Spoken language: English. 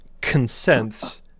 Consents